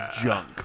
junk